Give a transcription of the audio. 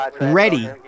Ready